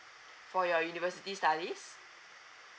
for your university studies